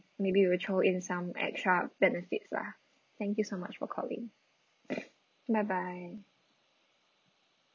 maybe we'll throw in some extra benefits lah thank you so much for calling bye bye